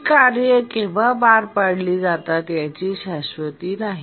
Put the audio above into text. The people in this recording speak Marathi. ही कार्ये केव्हा पार पाडली जातात याची शाश्वती नाही